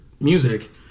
music